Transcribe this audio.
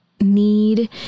need